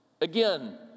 Again